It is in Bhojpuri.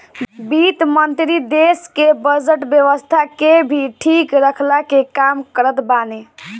वित्त मंत्री देस के बजट व्यवस्था के भी ठीक रखला के काम करत बाने